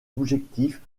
objectif